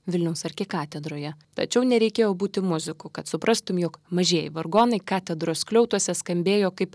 vilniaus arkikatedroje tačiau nereikėjo būti muziku kad suprastum jog mažieji vargonai katedros skliautuose skambėjo kaip